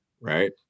right